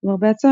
למרבה הצער,